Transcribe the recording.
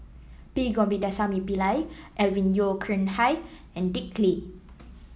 P Govindasamy Pillai Alvin Yeo Khirn Hai and Dick Lee